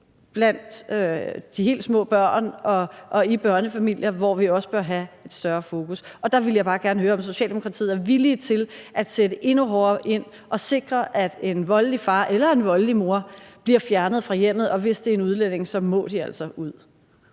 blandt de helt små børn og i børnefamilier, hvor vi også bør have et større fokus. Og der ville jeg bare gerne høre, om Socialdemokratiet er villige til at sætte endnu hårdere ind og sikre, at en voldelig far eller en voldelig mor bliver fjernet fra hjemmet – og hvis det er en udlænding, må de altså ud.